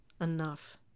enough